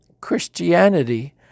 Christianity